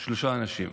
שלושה אנשים.